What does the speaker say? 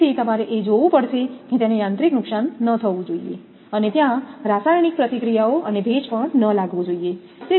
તેથી તમારે એ જોવું પડશે કે તેને યાંત્રિક નુકસાન ન થવું જોઈએ અને ત્યાં રાસાયણિક પ્રતિક્રિયાઓ અને ભેજ પણ ન લાગવો જોઈએ